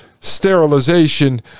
sterilization